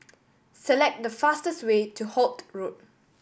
select the fastest way to Holt Road